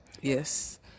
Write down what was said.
Yes